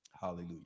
Hallelujah